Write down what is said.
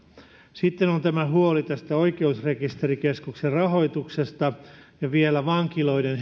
sitten on tämä huoli oikeusrekisterikeskuksen rahoituksesta ja vielä vankiloiden